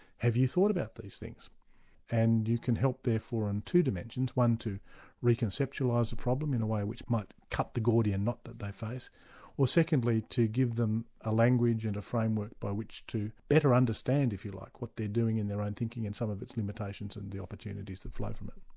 have you thought about these things and you can help therefore on two dimensions. one to reconceptualise the problem in a way that might cut the gordian knot that they face or secondly to give them a language and a framework by which to better understand if you like what they're doing in their own thinking and some of its limitations and the opportunities which flow from it.